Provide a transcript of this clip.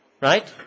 Right